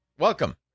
Welcome